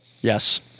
Yes